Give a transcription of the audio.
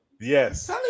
Yes